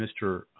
Mr